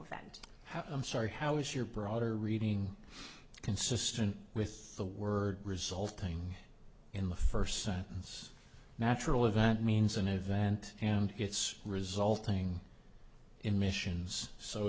event i'm sorry how is your broader reading consistent with the word resulting in the first sentence natural of that means an event and its resulting in missions so